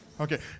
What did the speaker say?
Okay